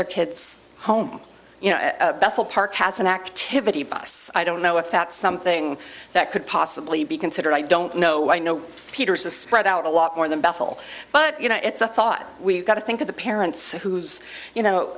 their kids home you know bethel park has an activity bus i don't know if that's something that could possibly be considered i don't know why no peters is spread out a lot more than bethel but you know it's a thought we've got to think of the parents whose you know